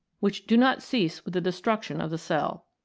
which do not cease with the destruction of the cell.